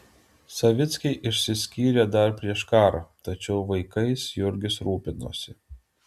savickiai išsiskyrė dar prieš karą tačiau vaikais jurgis rūpinosi